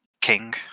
king